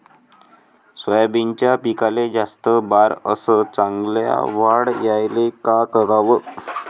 सोयाबीनच्या पिकाले जास्त बार अस चांगल्या वाढ यायले का कराव?